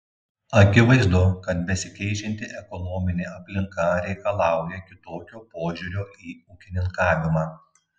akivaizdu kad besikeičianti ekonominė aplinka reikalauja kitokio požiūrio į ūkininkavimą